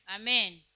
Amen